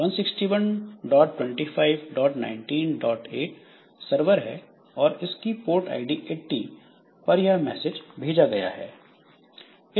16125198 server है और इसकी पोर्ट आईडी 80 पर यह मैसेज भेजा गया है